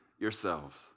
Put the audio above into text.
yourselves